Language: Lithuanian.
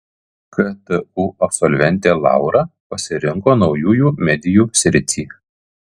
ktu absolventė laura pasirinko naujųjų medijų sritį